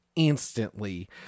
instantly